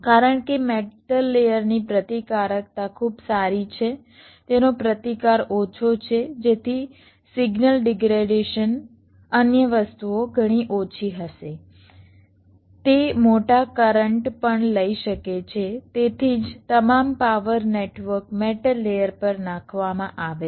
કારણ કે મેટલ લેયરની પ્રતિકારકતા ખૂબ સારી છે તેનો પ્રતિકાર ઓછો છે જેથી સિગ્નલ ડિગ્રેડેશન અન્ય વસ્તુઓ ઘણી ઓછી હશે તે મોટા કરંટ પણ લઈ શકે છે તેથી જ તમામ પાવર નેટવર્ક મેટલ લેયર પર નાખવામાં આવે છે